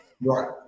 Right